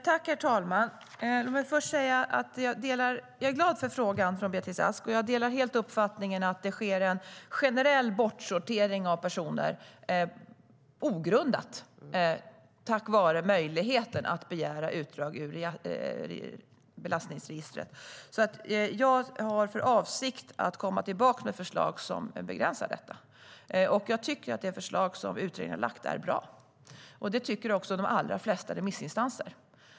Herr talman! Jag är glad över frågan från Beatrice Ask. Jag delar helt uppfattningen att det ogrundat sker en generell bortsortering av personer på grund av möjligheten att begära utdrag ur belastningsregistret. Jag har för avsikt att komma tillbaka med förslag som begränsar detta. Jag tycker att det förslag som utredningen lagt fram är bra. Det tycker också flertalet remissinstanser.